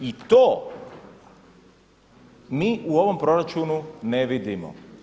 I to mi u ovom proračunu ne vidimo.